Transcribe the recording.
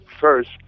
first